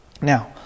Now